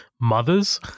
mothers